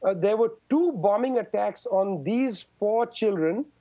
there were two bombing attacks on these four children.